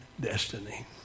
destiny